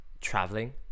traveling